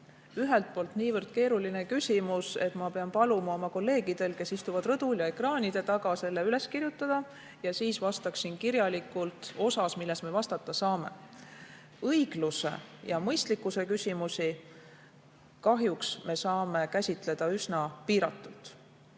ühelt poolt niivõrd keeruline küsimus, et ma palun oma kolleegidel, kes istuvad rõdul ja ekraanide taga, selle üles kirjutada ning siis vastaksin kirjalikult sellele osale, millele me vastata saame. Õigluse ja mõistlikkuse küsimusi kahjuks me saame käsitleda üsna piiratult,